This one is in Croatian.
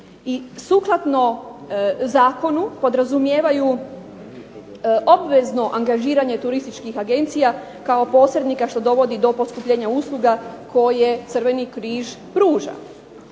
sukladno zakonu podrazumijevaju obvezno angažiranje turističkih agencija kao posrednika što dovodi do poskupljenja usluga koje Crveni križ pruža.